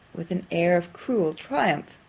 with an air of cruel triumph,